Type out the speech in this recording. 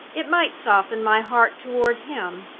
it might soften my heart toward him.